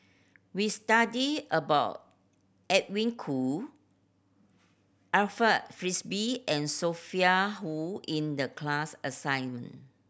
we studied about Edwin Koo Alfred Frisby and Sophia Hull in the class assignment